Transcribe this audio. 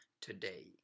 today